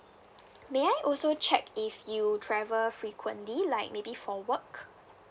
may I also check if you travel frequently like maybe for work